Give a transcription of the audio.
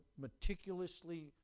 meticulously